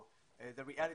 במיוחד לעולם הערבי,